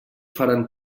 faran